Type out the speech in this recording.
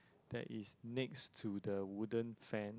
that is next to the wooden fan